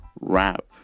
rap